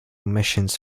missions